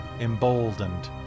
emboldened